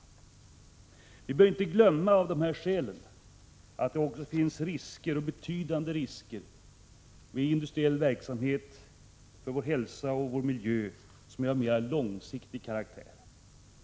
Av dessa skäl bör vi inte glömma att det med industriell verksamhet följer risker, betydande risker, för vår hälsa och vår miljö som är av mer långsiktig karaktär.